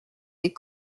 les